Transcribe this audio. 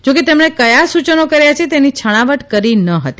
જો કે તેમણે કર્યા સૂચનો કર્યા છે તેની છણાવટ કરી નહોતી